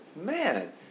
man